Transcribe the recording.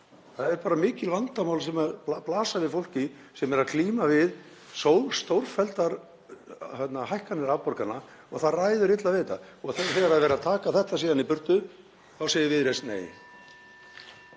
Það eru bara mikil vandamál sem blasa við fólki sem er að glíma við stórfelldar hækkanir afborgana og það ræður illa við þetta. Þegar er síðan verið að taka þetta í burtu þá segir Viðreisn nei.